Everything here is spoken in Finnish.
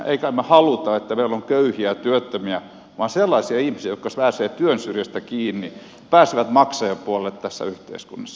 emme kai me halua että meillä on köyhiä työttömiä vaan sellaisia ihmisiä jotka pääsevät työn syrjästä kiinni pääsevät maksajapuolelle tässä yhteiskunnassa